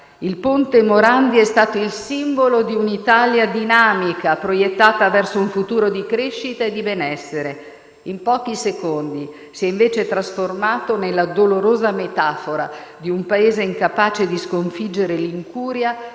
Il ponte Morandi è stato il simbolo di un'Italia dinamica proiettata verso un futuro di crescita e benessere. In pochi secondi si è invece trasformato nella dolorosa metafora di un Paese incapace di sconfiggere l'incuria,